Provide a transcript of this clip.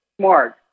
smart